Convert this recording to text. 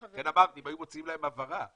לכן אמרתי, אם היו מוציאים להם הבהרה.